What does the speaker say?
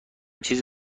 چیز